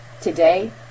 today